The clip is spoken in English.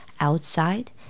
outside